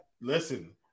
Listen